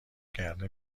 کرده